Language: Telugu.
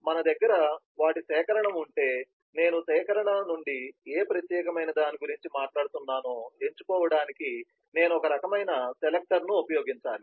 మన దగ్గర వాటి సేకరణ ఉంటే నేను సేకరణ నుండి ఏ ప్రత్యేకమైన దాని గురించి మాట్లాడుతున్నానో ఎంచుకోవడానికి నేను ఒక రకమైన సెలెక్టర్ను ఉపయోగించాలి